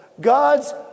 God's